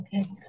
okay